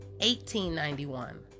1891